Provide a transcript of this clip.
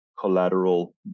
collateral